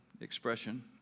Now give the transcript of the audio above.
expression